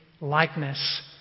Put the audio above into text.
likeness